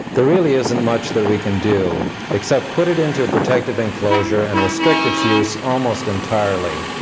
there really isn't much that we can do, except put it into a protective enclosure and restrict its use almost entirely.